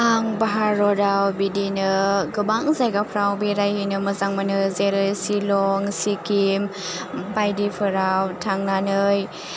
आं भारताव बिदिनो गोबां जायगाफ्राव बेरायहैनो मोजां मोनो जेरै शिलं सिक्किम बायदिफोराव थांनानै